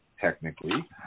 technically